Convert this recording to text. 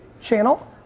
channel